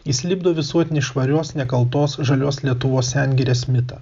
jis lipdo visuotinį švarios nekaltos žalios lietuvos sengirės mitą